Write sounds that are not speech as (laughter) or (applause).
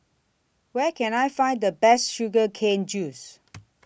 Where Can I Find The Best Sugar Cane Juice (noise)